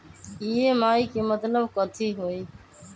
EMI के मतलब कथी होई?